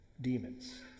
Demons